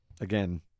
again